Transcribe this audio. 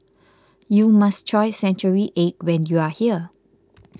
you must try Century Egg when you are here